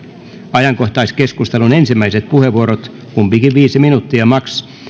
ajankohtaiskeskustelun ensimmäiset puheenvuorot kumpikin maksimissaan viisi minuuttia